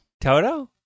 Toto